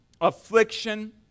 affliction